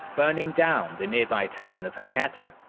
burning down the nearby town of hakata.